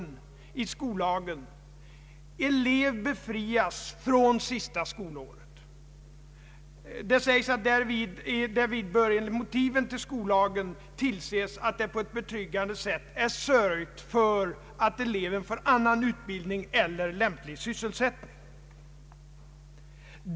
lagen elev befrias från sista skolåret. Därvid bör enligt motiven till skollagen tillses att det på ett betryggande sätt är sörjt för att eleven får annan utbildning eller lämplig sysselsättning.